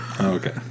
Okay